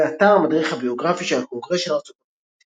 באתר המדריך הביוגרפי של הקונגרס של ארצות הברית ==